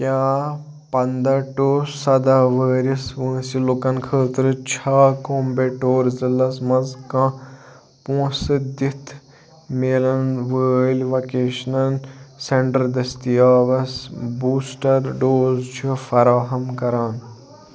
کیٛاہ پنٛداہ ٹُہ سداہ وٕہرِس وٲنٛسہِ لُکن خٲطرٕ چھا کومبٮ۪ٹور ضلعس منٛز کانٛہہ پونٛسہٕ دِتھ میلَن وٲلۍ وٮ۪کیشنَن سٮ۪نٛٹَر دٔستِیابس بوٗسٹر ڈوز چھُ فراہم کران